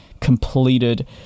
completed